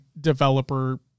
developer